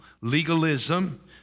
legalism